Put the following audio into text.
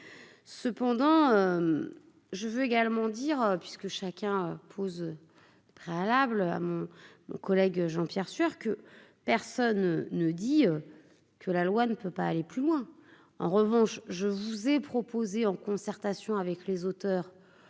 cependant je veux également dire, puisque chacun pose des préalables, mon collègue Jean-Pierre Sueur que personne ne dit que la loi ne peut pas aller plus loin, en revanche, je vous ai proposé, en concertation avec les auteurs